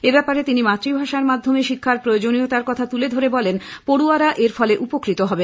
এব্যাপারে তিনি মাতৃভাষার মাধ্যমে শিক্ষার প্রয়োজনীয়তার কথা তুলে ধরে বলেন পড়য়ারা এরফলে উপকৃত হবে